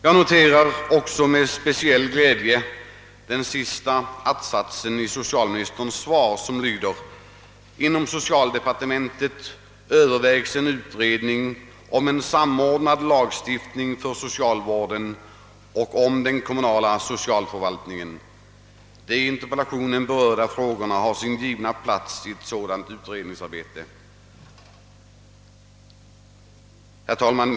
Jag noterar också med speciell glädje det sista stycket i socialministerns svar. Det lyder: »Inom socialdepartementet övervägs en utredning om en samordnad lagstiftning för socialvården och am den kommunala socialförvaltningen. De i interpellationen berörda frågorna har sin givna plats i ett sådant utredningsarbete.» Herr talman!